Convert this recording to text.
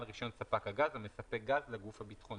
רישיון ספק גז המספק גז לגוף הביטחוני.